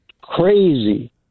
Crazy